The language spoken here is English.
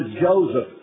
Joseph